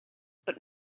but